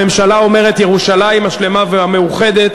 הממשלה אומרת: ירושלים השלמה והמאוחדת